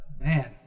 man